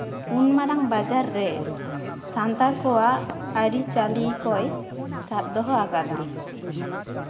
ᱩᱱ ᱢᱟᱨᱟᱝ ᱵᱟᱡᱟᱨ ᱨᱮ ᱥᱟᱱᱛᱟᱲ ᱠᱚᱣᱟᱜ ᱟᱹᱨᱤᱼᱪᱟᱹᱞᱤ ᱠᱚᱭ ᱥᱟᱵ ᱫᱚᱦᱚ ᱟᱠᱟᱫᱟ